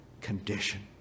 condition